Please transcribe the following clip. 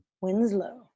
Winslow